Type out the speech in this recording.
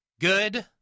good